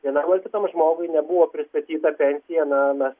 vienam ar kitam žmogui nebuvo pristatyta pensija na mes